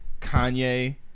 Kanye